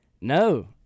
No